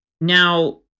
now